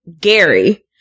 Gary